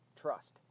Trust